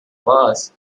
past